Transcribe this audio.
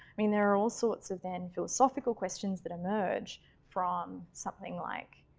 i mean there are all sorts of then philosophical questions that emerge from something like